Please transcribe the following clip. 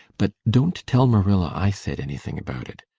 but don't tell marilla i said anything about it.